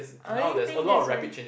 I only think that's why